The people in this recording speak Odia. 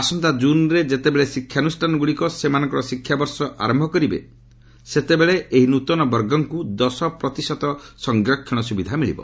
ଆସନ୍ତା ଜୁନ୍ରେ ଯେତେବେଳେ ଶିକ୍ଷାନୁଷ୍ଠାନଗୁଡ଼ିକ ସେମାନଙ୍କର ଶିକ୍ଷାବର୍ଷ ଆରମ୍ଭ କରିବେ ସେତେବେଳେ ଏହି ନୃତନ ବର୍ଗଙ୍କୁ ଦଶ ପ୍ରତିଶତ ସଂରକ୍ଷଣ ସୁବିଧା ମିଳିବ